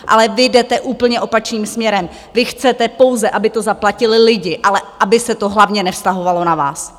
Ale vy jdete úplně opačným směrem, vy chcete pouze, aby to zaplatili lidi, ale aby se to hlavně nevztahovalo na vás.